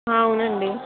అవునండి